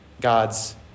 God's